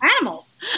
animals